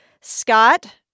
Scott